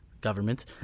government